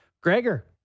Gregor